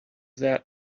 that